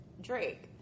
Drake